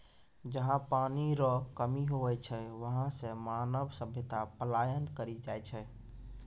जहा पनी रो कमी हुवै छै वहां से मानव सभ्यता पलायन करी जाय छै